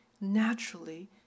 naturally